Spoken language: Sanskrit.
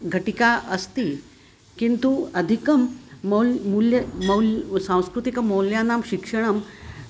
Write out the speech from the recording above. घटिका अस्ति किन्तु अधिकं मौल्यं मूल्यं मौल्यं सांस्कृतिकमौल्यानां शिक्षणं